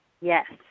Yes